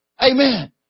Amen